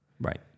Right